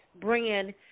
brand